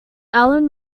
allen